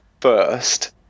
first